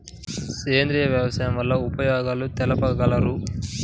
సేంద్రియ వ్యవసాయం వల్ల ఉపయోగాలు తెలుపగలరు?